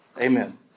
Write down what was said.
Amen